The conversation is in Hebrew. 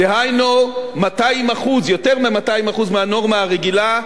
דהיינו 200%, יותר מ-200% מהנורמה הרגילה,